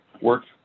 works